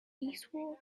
eastward